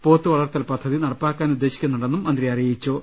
പോത്തുവളർത്തൽ പദ്ധതി നടപ്പാക്കാനുദ്ദേശിക്കു ന്നുണ്ടെന്നും മന്ത്രി അറിയിച്ചു